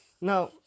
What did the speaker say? Now